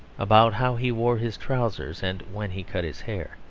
about how he wore his trousers and when he cut his hair.